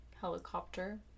helicopter